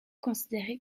considéré